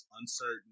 uncertain